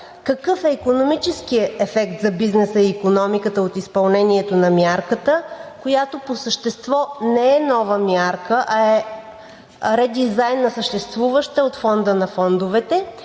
какъв е икономическият ефект за бизнеса и икономиката от изпълнението на мярката, която по същество не е нова мярка, а е редизайн на съществуваща от Фонда на фондовете;